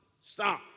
Stop